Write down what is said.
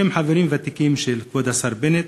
שהם חברים ותיקים של כבוד השר בנט.